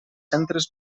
centres